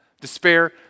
despair